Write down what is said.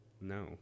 No